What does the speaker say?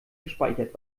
gespeichert